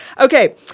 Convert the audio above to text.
Okay